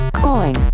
coin